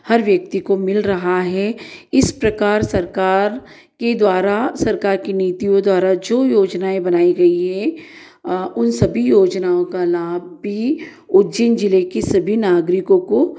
हर व्यक्ति को मिल रहा है इस प्रकार सरकार के द्वारा सरकार की नीतियों द्वारा जो योजनाएँ बनाई गई हैं उन सभी योजनाओं का लाभ भी उज्जैन जिले के सभी नागरिकों को